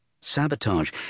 Sabotage